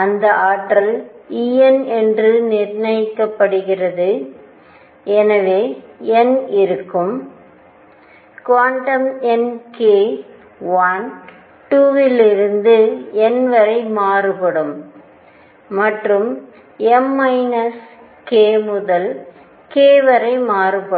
அந்த ஆற்றல் E n என்று நிர்ணயிக்கப்படுகிறது எனக்கு n இருக்கும் குவாண்டம் எண் k 1 2 இலிருந்து n வரை மாறுபடும் மற்றும் m k முதல் k வரை மாறுபடும்